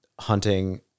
hunting